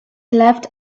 left